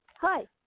Hi